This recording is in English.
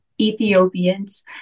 Ethiopians